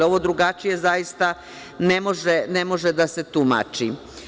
Ovo drugačije zaista ne može da se tumači.